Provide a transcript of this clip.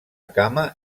cama